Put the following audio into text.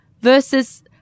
versus